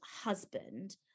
husband